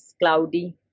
cloudy